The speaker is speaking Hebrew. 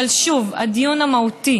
אבל שוב, הדיון המהותי